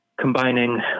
combining